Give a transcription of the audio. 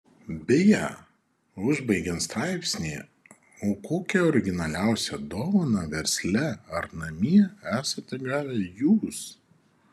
beje užbaigiant straipsnį o kokią originaliausią dovaną versle ar namie esate gavę jūs